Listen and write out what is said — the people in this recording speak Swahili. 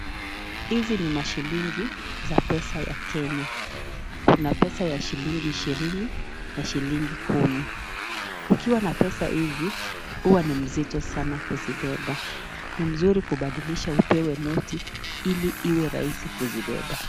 Hizi ni mashilingi za pesa ya Kenya , kuna pesa ya shilingi ishirini na shilingi kumi, ukiwa na pesa hizi huwa ni mzito sana kuzibeba, ni mzuri kubadilisha ili upewe noti ili iwe rahisi kuzibeba.